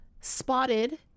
spotted